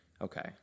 Okay